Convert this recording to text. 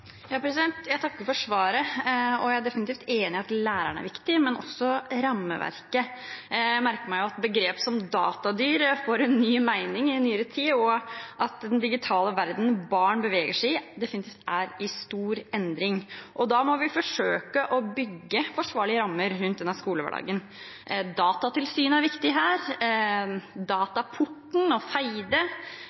Jeg takker for svaret. Jeg er definitivt enig i at lærerne er viktige, men også rammeverket. Jeg merker meg at begrep som «datadyr» får en ny mening i nyere tid, og at den digitale verdenen barn beveger seg i, definitivt er i stor endring. Da må vi forsøke å bygge forsvarlige rammer rundt denne skolehverdagen. Datatilsynet er viktig her – og Dataporten og Feide